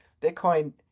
Bitcoin